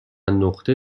نقطه